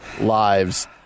lives